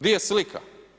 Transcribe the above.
Di je slika?